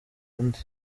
undi